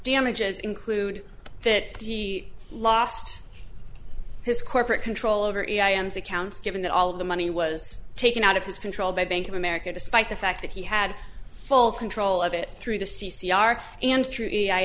damages include that he lost his corporate control over it am's accounts given that all of the money was taken out of his control by bank of america despite the fact that he had full control of it through the